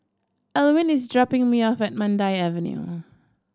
Alwin is dropping me off at Mandai Avenue